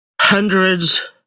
hundreds